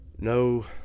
No